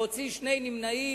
להוציא שני נמנעים,